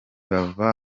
bava